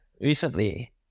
recently